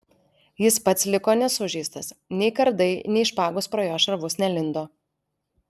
jis pats liko nesužeistas nei kardai nei špagos pro jo šarvus nelindo